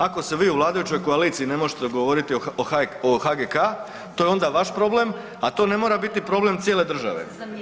Ako se vi u vladajućoj koaliciji ne možete dogovoriti o HGK to je onda vaš problem, a to ne mora biti problem cijele države.